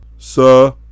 Sir